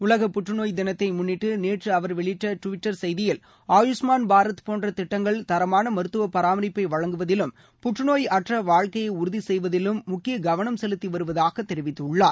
உலக புற்றநோய் தினத்தை முன்னிட்டு நேற்று அவர் வெளியிட்ட டுவிட்டர் செய்தியில் ஆயுஷ்மான் பாரத் போன்ற திட்டங்கள் தரமான மருத்துவ பராமரிப்பை வழங்குவதிலும் புற்றுநோய் அற்ற வாழ்க்கையை உறுதி செய்வதிலும் முக்கிய கவனம் செலுத்தி வருவதாக தெரிவித்துள்ளார்